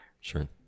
Sure